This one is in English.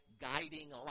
guiding